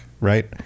right